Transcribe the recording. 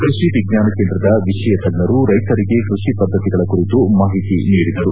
ಕೃಷಿ ವಿಜ್ವಾನ ಕೇಂದ್ರದ ವಿಷಯ ತಜ್ವರು ರೈತರಿಗೆ ಕೃಷಿ ಪದ್ದತಿಗಳ ಕುರಿತು ಮಾಹಿತಿ ನೀಡಿದರು